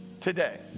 today